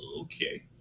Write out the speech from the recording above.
okay